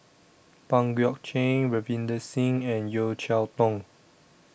Pang Guek Cheng Ravinder Singh and Yeo Cheow Tong